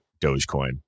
Dogecoin